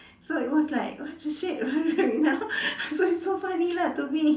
so it was like what the shit what happening now it's like so funny lah to me